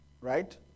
right